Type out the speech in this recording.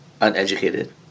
Uneducated